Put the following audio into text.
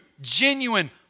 genuine